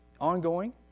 ongoing